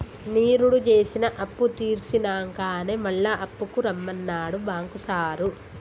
నిరుడు జేసిన అప్పుతీర్సినంకనే మళ్ల అప్పుకు రమ్మన్నడు బాంకు సారు